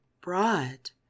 broad